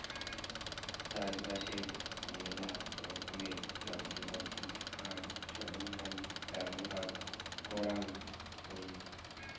চাষবাসের মেলা রকমের যন্ত্রপাতি আর সরঞ্জাম ব্যবহার করাং হই